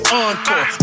encore